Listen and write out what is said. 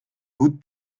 goed